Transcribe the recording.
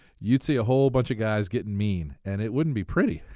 you'd see a whole bunch of guys getting mean, and it wouldn't be pretty.